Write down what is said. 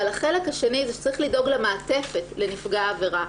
אבל החלק השני זה שצריך לדאוג למעטפת לנפגע העבירה.